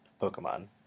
Pokemon